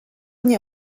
nie